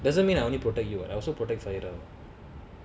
doesn't mean I only protect you [what] I also protect fahira [what]